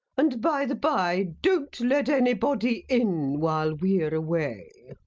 and by the by, don't let anybody in while we're away.